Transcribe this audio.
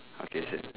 okay same